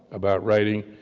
about writing,